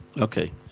Okay